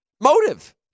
motive